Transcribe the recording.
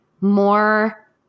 more